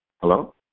Hello